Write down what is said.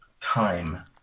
time